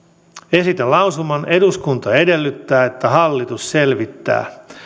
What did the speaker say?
esitän lausuman eduskunta edellyttää että hallitus selvittää